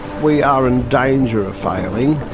we are in danger of failing.